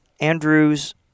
Andrews